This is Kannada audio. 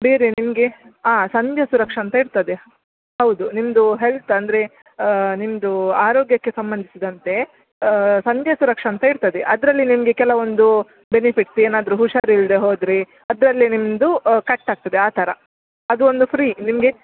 ಬೇರೆ ನಿಮಗೆ ಸಂಧ್ಯ ಸುರಕ್ಷ ಅಂತ ಇರ್ತದೆ ಹೌದು ನಿಮ್ಮದು ಹೆಲ್ತ್ ಅಂದರೆ ನಿಮ್ಮದು ಆರೋಗ್ಯಕ್ಕೆ ಸಂಬಂಧಿಸಿದಂತೇ ಸಂಧ್ಯಾ ಸುರಕ್ಷಾಅಂತ ಇರ್ತದೆ ಅದರಲ್ಲಿ ನಿಮಗೆ ಕೆಲವೊಂದು ಬೆನಿಫಿಟ್ಸ್ ಏನಾದರು ಹುಷಾರಿಲ್ಲದೆ ಹೋದರೆ ಅದರಲ್ಲೆ ನಿಮ್ಮದು ಕಟ್ ಆಗ್ತದೆ ಆ ಥರ ಅದೊಂದು ಫ್ರೀ ನಿಮಗೆ